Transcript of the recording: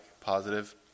positive